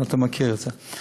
אתה מכיר את זה.